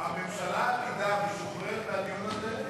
הממשלה העתידה משוחררת מהדיון הזה?